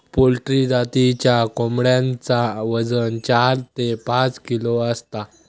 poultry जातीच्या कोंबड्यांचा वजन चार ते पाच किलो असता